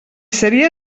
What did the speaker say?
seria